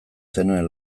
zenuen